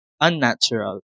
unnatural